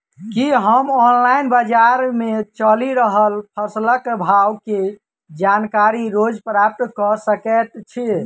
की हम ऑनलाइन, बजार मे चलि रहल फसलक भाव केँ जानकारी रोज प्राप्त कऽ सकैत छी?